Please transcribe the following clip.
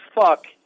fuck